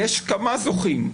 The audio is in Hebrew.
יש כמה זוכים.